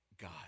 God